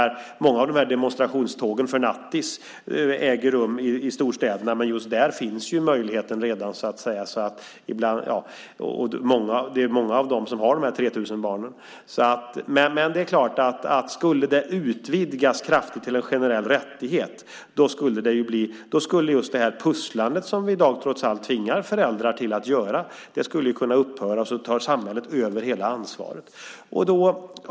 Många av demonstrationstågen för nattis äger rum i storstäderna, men just där finns ju möjligheten redan. Många av de här 3 000 barnen finns också där. Skulle detta kraftigt utvidgas och bli en generell rättighet skulle just det pusslande som vi i dag trots allt tvingar föräldrar att göra kunna upphöra, och så skulle samhället ta över hela ansvaret.